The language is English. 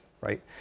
right